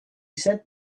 said